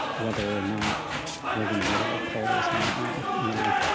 whether or not we're going to be able to pull this one off, you know, like,